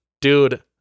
dude